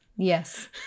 Yes